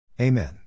Amen